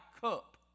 cup